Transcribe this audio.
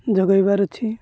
ଯୋଗାଇବାର ଅଛି